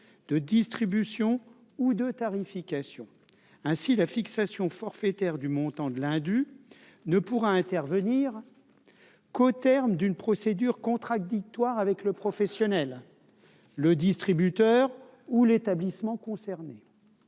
de distribution ou de tarification ainsi la fixation forfaitaire du montant de l'Hindu ne pourra intervenir qu'au terme d'une procédure contradictoire avec le professionnel, le distributeur ou l'établissement concerné